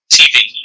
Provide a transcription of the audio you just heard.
tv